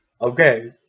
okay